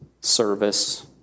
service